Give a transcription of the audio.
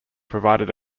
provided